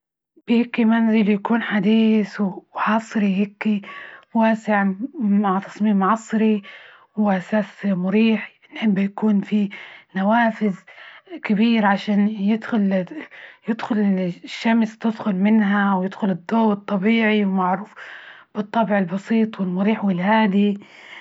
بيكي منزل يكون حديث وعصري، هيكي واسع مع تصميم عصري، وأساس مريح، نحب يكون فيه نوافذ كبيرة عشان يدخل- يدخل الشمس تدخل منها، ويدخل الضو الطبيعي ومعروف بالطابع البسيط والمريح والهادي.